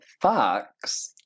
Fox